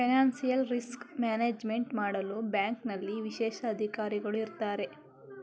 financial risk management ಮಾಡಲು ಬ್ಯಾಂಕ್ನಲ್ಲಿ ವಿಶೇಷ ಅಧಿಕಾರಿಗಳು ಇರತ್ತಾರೆ